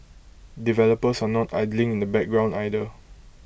developers are not idling in the background either